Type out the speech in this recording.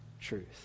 truth